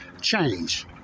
change